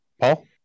Paul